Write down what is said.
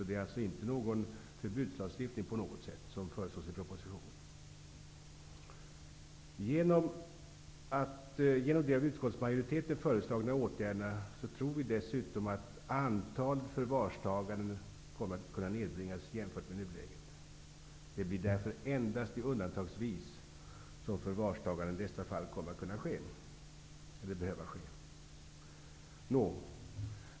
Det är alltså inte på något sätt någon förbudslagstiftning som föreslås i propositionen. Genom de av utskottsmajoriteten föreslagna åtgärderna tror vi dessutom att antalet förvarstaganden kommer att kunna minskas jämfört med nuläget. Det blir därför endast undantagsvis som förvarstaganden i dessa fall kommer att behöva ske.